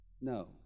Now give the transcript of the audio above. no